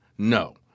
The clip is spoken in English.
No